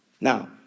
Now